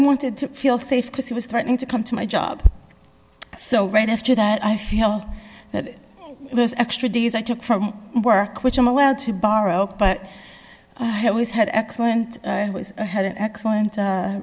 wanted to feel safe because he was threatening to come to my job so right after that i feel that extra days i took from work which i'm allowed to borrow but i always had excellent i had an excellent